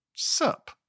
sup